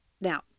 Now